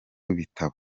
w’ibitabo